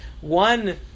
one